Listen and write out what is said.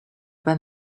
when